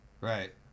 right